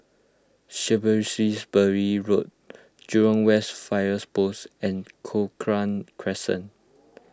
Road Jurong West Fire Post and Cochrane Crescent